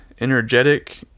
energetic